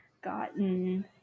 gotten